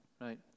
right